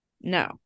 No